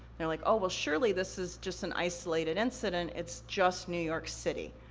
they're like, oh, well surely this is just an isolated incident, it's just new york city.